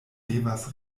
devas